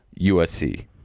USC